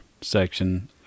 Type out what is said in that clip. section